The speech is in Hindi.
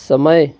समय